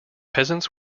peasants